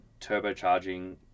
turbocharging